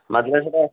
ସେଇଟା